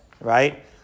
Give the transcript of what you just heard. right